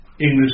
English